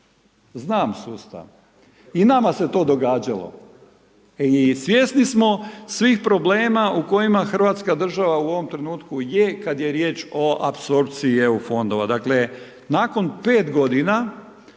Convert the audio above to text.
Znam sustav. I nama se to događalo. I svjesni smo svih problema u kojima hrvatska država u ovom trenutku je kad je riječ o apsorpciji EU fondova. Dakle nakon 5 g.